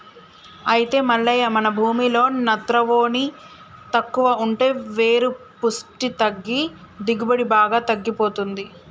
అయితే మల్లయ్య మన భూమిలో నత్రవోని తక్కువ ఉంటే వేరు పుష్టి తగ్గి దిగుబడి బాగా తగ్గిపోతుంది